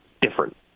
different